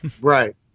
Right